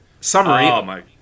Summary